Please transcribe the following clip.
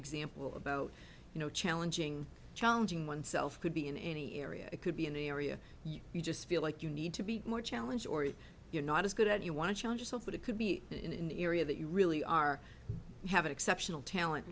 example about you know challenging challenging oneself could be in any area it could be an area you just feel like you need to be more challenge or if you're not as good as you want to challenge yourself that it could be in the area that you really are have exceptional talent